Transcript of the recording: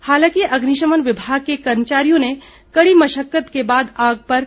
हालांकि अग्निशमन विभाग के कर्मचारियों ने कड़ी मशक्कत के बाद आग पर काब् पाया